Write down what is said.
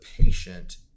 patient